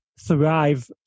thrive